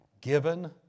given